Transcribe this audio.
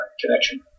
connection